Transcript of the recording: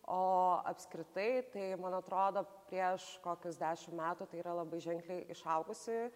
o apskritai tai man atrodo prieš kokius dešim metų tai yra labai ženkliai išaugusi